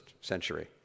century